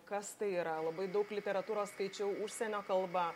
kas tai yra labai daug literatūros skaičiau užsienio kalba